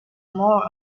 more